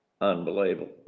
Unbelievable